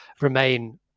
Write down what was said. remain